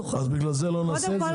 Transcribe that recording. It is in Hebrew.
בגלל זה לא נעשה את זה?